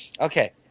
Okay